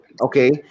okay